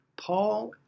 Paul